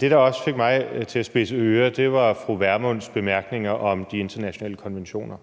Det, der også fik mig til at spidse ører, var fru Pernille Vermunds bemærkninger om de internationale konventioner,